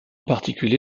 particulier